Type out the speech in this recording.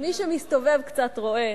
רואה